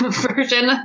version